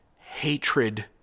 hatred